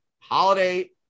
Holiday